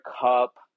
cup